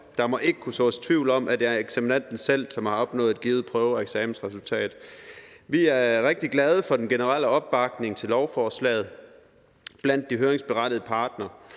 Der må ikke kunne sås tvivl om, at det er eksaminanden selv, som har opnået et givet prøve- og eksamensresultat. Vi er rigtig glade for den generelle opbakning til lovforslaget blandt de høringsberettigede parter.